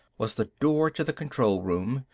was the door to the control room.